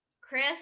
chris